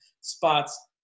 spots